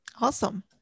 Awesome